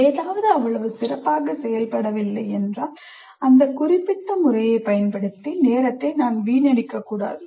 ஏதாவது அவ்வளவு சிறப்பாக செயல்படவில்லை என்றால் அந்த குறிப்பிட்ட முறையைப் பயன்படுத்தி நேரத்தை வீணடிக்க கூடாது